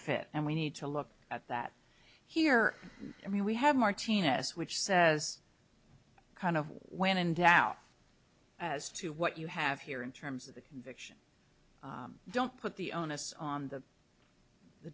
fit and we need to look at that here i mean we have martinez which says kind of when in doubt as to what you have here in terms of the don't put the onus on the the